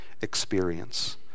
experience